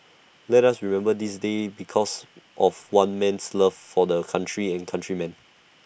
let us remember this day because of one man's love for the country and countrymen